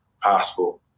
possible